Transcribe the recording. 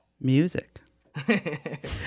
Music